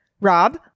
Rob